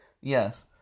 Yes